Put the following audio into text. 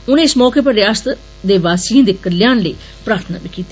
उनें इस मौके रिआसत वासियें दे कल्याण लेई प्रार्थना कीती